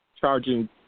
charging